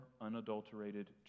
unadulterated